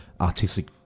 artistic